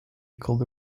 called